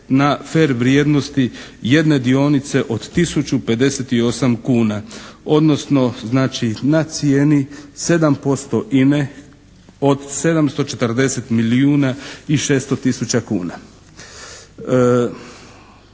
na fer vrijednosti jedne dionice od tisuću 58 kuna. Odnosno, znači na cijeni 7% INA od 740 milijuna i 600 tisuća kuna.